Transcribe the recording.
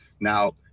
Now